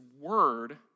word